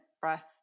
breath